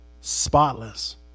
spotless